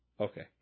okay